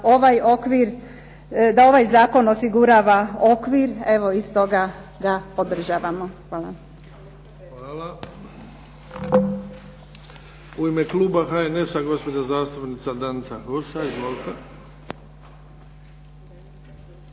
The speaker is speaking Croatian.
ovaj Zakon osigurava okvir evo i stoga ga podržavamo Hvala. **Bebić, Luka (HDZ)** U ime Kluba HNS-a gospođa zastupnica Danica Hursa. Izvolite.